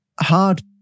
hard